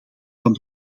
van